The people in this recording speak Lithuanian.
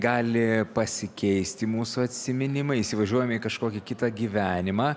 gali pasikeisti mūsų atsiminimai įsivažiuojame į kažkokį kitą gyvenimą